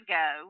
go